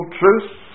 truth